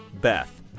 Beth